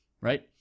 right